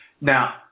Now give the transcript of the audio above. Now